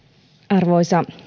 arvoisa